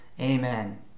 Amen